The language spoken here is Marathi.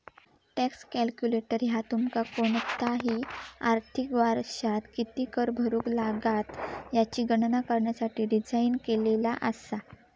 टॅक्स कॅल्क्युलेटर ह्या तुमका कोणताही आर्थिक वर्षात किती कर भरुक लागात याची गणना करण्यासाठी डिझाइन केलेला असा